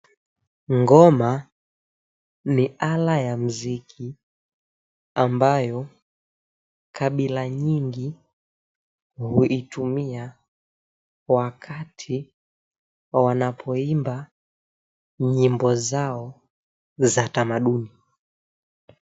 Ngoma, ni ala ya muziki ambayo kabila nyingi huitumia wakati wa wanapoimba, nyimbo zao za tamaduni.